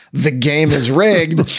the game is rigged.